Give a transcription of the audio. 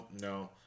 no